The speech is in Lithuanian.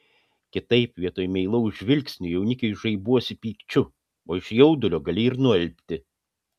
kitaip vietoj meilaus žvilgsnio jaunikiui žaibuosi pykčiu o iš jaudulio gali ir nualpti